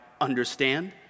understand